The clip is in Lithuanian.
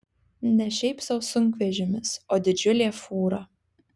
ne šiaip sau sunkvežimis o didžiulė fūra